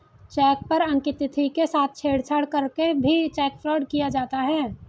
check पर अंकित तिथि के साथ छेड़छाड़ करके भी चेक फ्रॉड किया जाता है